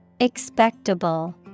Expectable